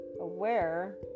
aware